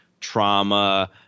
trauma